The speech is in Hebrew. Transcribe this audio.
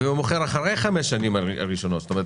ואם הוא מוכר אחרי חמש השנים הראשונות --- לא,